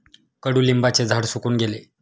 कडुलिंबाचे झाड सुकून गेले